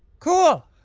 cool!